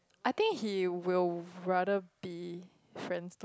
I think he will rather be friends though